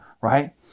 right